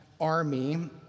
army